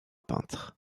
peintre